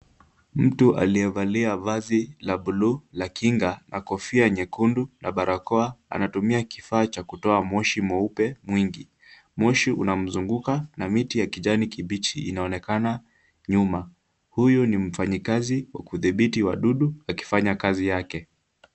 Mtu aliyevalia vazi la buluu la kinga na kofia nyekundu na barakoa anatumia kifaa cha kutoa moshi mweupe mwingi. Moshi unamzunguka na miti ya kijani kibichi inaonekana nyuma. Huyu ni mfanyikazi wa kudhibiti wadudu akifanya kazi yake.